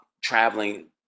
traveling